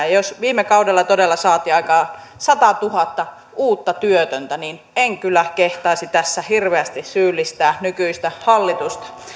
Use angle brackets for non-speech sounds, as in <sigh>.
<unintelligible> jos viime kaudella todella saatiin aikaan satatuhatta uutta työtöntä niin en kyllä kehtaisi tässä hirveästi syyllistää nykyistä hallitusta